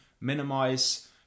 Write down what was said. minimize